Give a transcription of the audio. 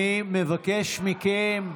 אני מבקש מכם,